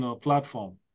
platform